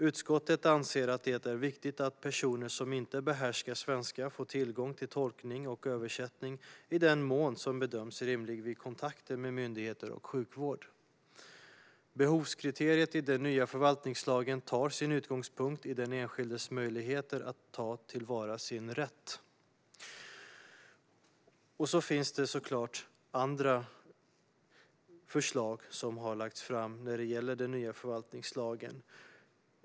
Utskottet anser att det är viktigt att personer som inte behärskar svenska får tillgång till tolkning och översättning i den mån som bedöms rimlig vid kontakter med myndigheter och sjukvård. Behovskriteriet i den nya förvaltningslagen tar sin utgångspunkt i den enskildes möjligheter att ta till vara sin rätt. Det har såklart även lagts fram andra förslag när det gäller den nya förvaltningslagen.